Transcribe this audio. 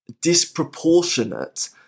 disproportionate